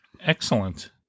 Excellent